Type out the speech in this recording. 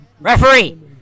Referee